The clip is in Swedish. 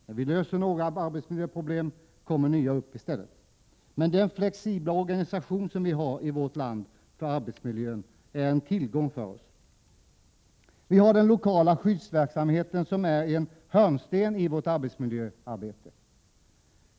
När vi löser några arbetsmiljöproblem kommer nya upp i stället. Men den flexibla organisation som vi har i vårt land för arbetsmiljöfrågorna är en tillgång för oss. Den lokala skyddsverksamheten är en hörnsten i vårt arbetsmiljöarbete.